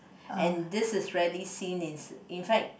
and this is rarely seen in in fact